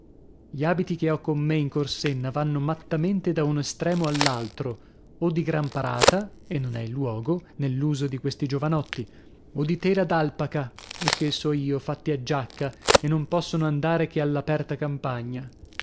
gli abiti che ho con me in corsenna vanno mattamente da un estremo all'altro o di gran parata e non è il luogo nè l'uso di questi giovanotti o di tela d'alpaca e che so io fatti a giacca e non possono andare che all'aperta campagna